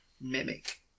mimic